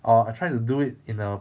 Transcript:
err I try to do it in a